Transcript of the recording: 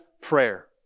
prayer